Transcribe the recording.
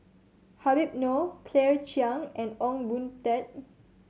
Habib Noh Claire Chiang and Ong Boon Tat